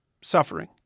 suffering